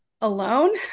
alone